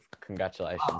congratulations